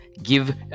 Give